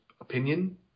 opinion